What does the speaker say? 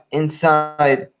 inside